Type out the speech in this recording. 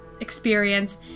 experience